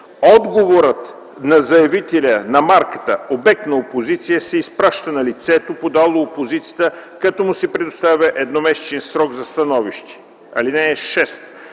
Отговорът на заявителя на марката – обект на опозиция, се изпраща на лицето, подало опозицията, като му се предоставя едномесечен срок за становище. (6)